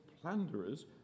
plunderers